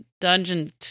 Dungeon